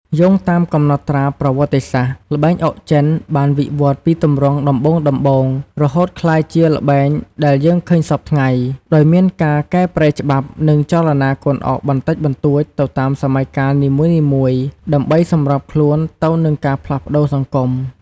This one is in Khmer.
យោងតាមកំណត់ត្រាប្រវត្តិសាស្ត្រ ល្បែងអុកចិនបានវិវឌ្ឍន៍ពីទម្រង់ដំបូងៗរហូតក្លាយជាល្បែងដែលយើងឃើញសព្វថ្ងៃ ដោយមានការកែប្រែច្បាប់ និងចលនាកូនអុកបន្តិចបន្តួចទៅតាមសម័យកាលនីមួយៗ ដើម្បីសម្របខ្លួនទៅនឹងការផ្លាស់ប្តូរសង្គម។